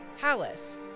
palace